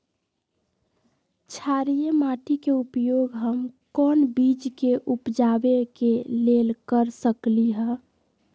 क्षारिये माटी के उपयोग हम कोन बीज के उपजाबे के लेल कर सकली ह?